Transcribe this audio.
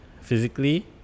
physically